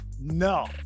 No